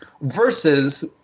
versus